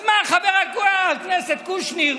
אז מה, חבר הכנסת קושניר,